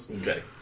Okay